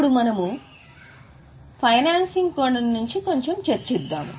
ఇప్పుడు మనము ఫైనాన్సింగ్ కోణం నుండి కొంచెం చర్చిస్తాము